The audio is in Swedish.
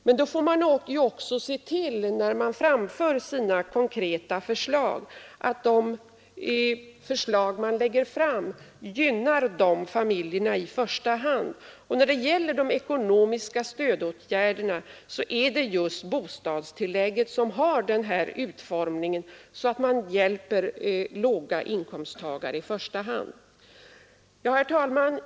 Men när man framlägger sina konkreta förslag får man också se till att man i första hand gynnar de stora familjerna. Av de ekonomiska stödåtgärderna är det just bostadstillägget som har den utformningen att man hjälper i första hand låginkomsttagare. Herr talman!